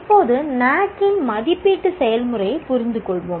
இப்போது NAAC இன் மதிப்பீட்டு செயல்முறையைப் புரிந்துகொள்வோம்